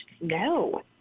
No